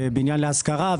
בבניין להשכרה,